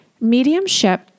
Mediumship